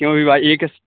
किमपि वा एकः